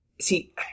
See